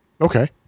Okay